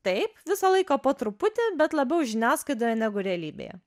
taip visą laiką po truputį bet labiau žiniasklaidoje negu realybėje